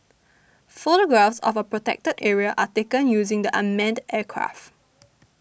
photographs of a Protected Area are taken using the unmanned aircraft